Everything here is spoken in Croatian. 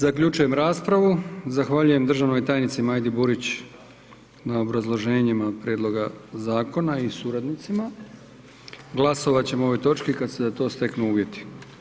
Zaključujem raspravu, zahvaljujem državnoj tajnici Majdi Burić na obrazloženjima Prijedloga Zakona i suradnicima, glasovat ćemo o ovoj točki kad se za to steknu uvjeti.